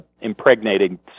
impregnating